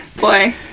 Boy